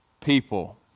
people